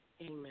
Amen